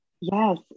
yes